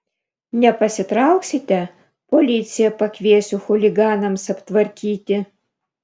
nepasitrauksite policiją pakviesiu chuliganams aptvarkyti